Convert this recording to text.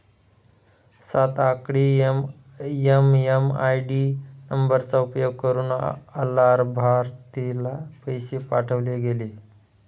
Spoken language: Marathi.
सात आकडी एम.एम.आय.डी नंबरचा उपयोग करुन अलाभार्थीला पैसे पाठवले गेले